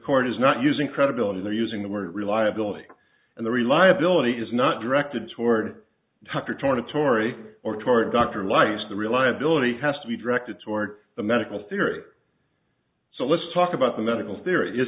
court is not using credibility they're using the word reliability and the reliability is not directed toward dr toward a tory or toward dr leifer the reliability has to be directed toward the medical theory so let's talk about the medical theory is